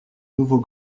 nouveau